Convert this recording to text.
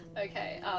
okay